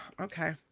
Okay